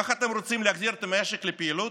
כך אתם רוצים להחזיר את משק לפעילות?